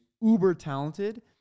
uber-talented